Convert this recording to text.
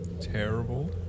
Terrible